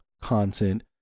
content